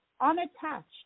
Unattached